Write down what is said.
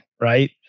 right